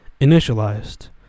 Initialized